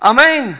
Amen